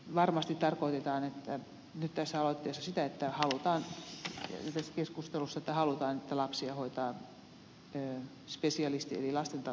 varmasti tarkoitetaan nyt tässä aloitteessa ja tässä keskustelussa sitä että halutaan että lapsia hoitaa spesialisti eli lastentautien erikoislääkäri